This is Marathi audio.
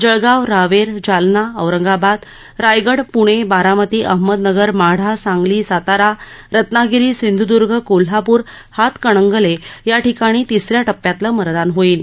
जळगाव रावेर जालना औरंगाबाद रायगड पूणे बारामती अहमदनगर माढा सांगली सातारा रत्नागिरी सिंधूर्द्ग कोल्हापूर हातकणंगले याठिकाणी तिस या टप्प्यातलं मतदान होईल